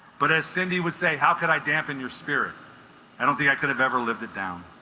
but as cindy would say how could i dampen your spirit i don't think i could have ever lived it down